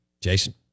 Jason